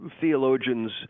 theologians